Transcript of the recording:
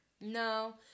No